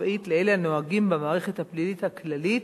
הצבאית לאלה הנוהגים במערכת הפלילית הכללית,